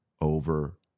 over